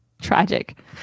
tragic